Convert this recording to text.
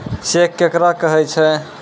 Cheque केकरा कहै छै?